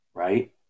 Right